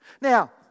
Now